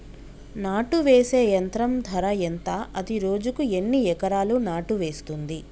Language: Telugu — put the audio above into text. నాటు వేసే యంత్రం ధర ఎంత? అది రోజుకు ఎన్ని ఎకరాలు నాటు వేస్తుంది?